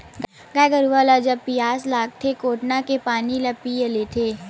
गाय गरुवा ल जब पियास लागथे कोटना के पानी ल पीय लेथे